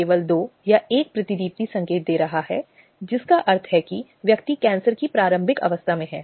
slide समय देखें 1500 अब इस उद्देश्य के लिए कि इसके बीच क्या है या क्या नहीं है यह एक बहुत ही व्यक्तिपरक मामला है